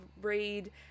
read